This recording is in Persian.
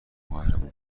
قهرمان